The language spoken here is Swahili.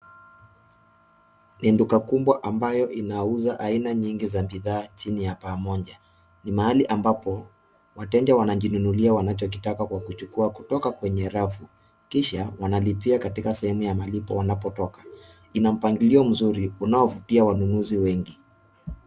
Ni duka kubwa ambayo inauza aina nyingi ya bidhaa chini ya paa moja. Ni mahali ambapo wateja wanajinunulia wanachokitaka kwa kuchukua kwa kutoka kwenye rafu kisha wanalipia katika sehemu ya malipo wanapotoka. Inampangilio mzuri unaovutia wanunuzi wengi.